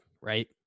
right